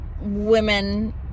women